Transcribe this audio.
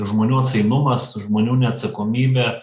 žmonių atsainumas žmonių neatsakomybė